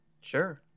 Sure